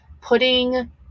putting